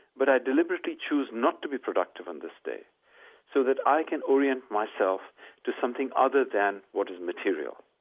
but i deliberately choose not to be productive on this day so that i can orient myself to something other than what is material